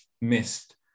missed